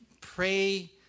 pray